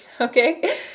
okay